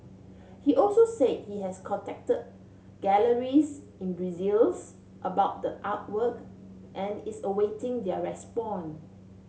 he also said he has contacted galleries in Brussels about the artwork and is awaiting their respond